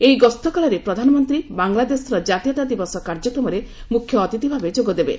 ଏହି ଗସ୍ତ କାଳରେ ପ୍ରଧାନମନ୍ତ୍ରୀ ବାଂଲାଦେଶର ଜାତୀୟତା ଦିବସ କାର୍ଯ୍ୟକ୍ରମରେ ମୁଖ୍ୟଅତିଥି ଭାବେ ଯୋଗଦେବେ